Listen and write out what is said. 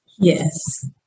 Yes